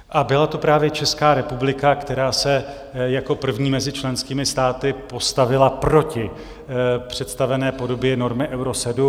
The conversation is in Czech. A byla to právě Česká republika, která se jako první mezi členskými státy postavila proti představené podobě normy Euro 7.